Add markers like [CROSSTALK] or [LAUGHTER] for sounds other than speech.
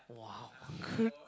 !wow! [LAUGHS]